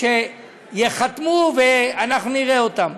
ייחתמו ואנחנו נראה אותם.